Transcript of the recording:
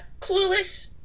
clueless